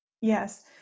Yes